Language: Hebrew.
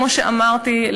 כמו שאמרתי,